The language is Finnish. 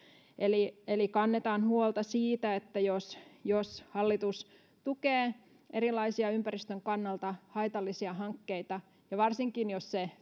eli eli kannetaan huolta siitä että jos jos hallitus tukee erilaisia ympäristön kannalta haitallisia hankkeita ja varsinkin jos se